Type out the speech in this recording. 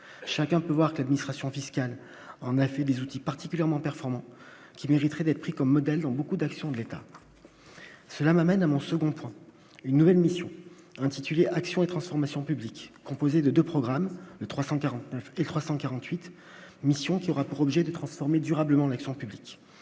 chacun peut voir qu'administration fiscale en effet des outils particulièrement performant qui mériterait d'être pris comme modèle dans beaucoup d'action de l'État, cela m'amène à mon second point une nouvelle mission intitulée Action et transformation publiques composé de 2 programmes de 349 et 348 missions qui aura pour objet de transformer durablement l'action publique,